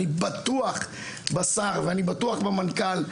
אני בטוח בשר ואני בטוח במנכ"ל,